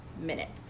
minutes